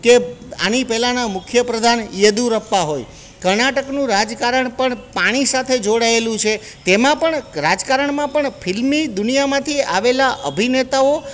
કે આની પહેલાંના મુખ્યપ્રધાન યેદુરપ્પા હોય કર્ણાટકનું રાજકારણ પણ પાણી સાથે જોડાએલું છે તેમાં પણ રાજકારણમાં પણ ફિલ્મી દુનિયામાંથી આવેલા અભિનેતાઓ